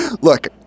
look